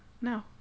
no